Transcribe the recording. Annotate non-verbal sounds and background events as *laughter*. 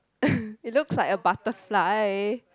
*laughs* it looks like a butterfly